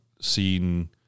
seen